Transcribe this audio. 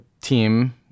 team